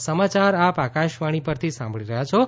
corona appeal આ સમાચાર આપ આકાશવાણી પરથી સાંભળી રહ્યા છો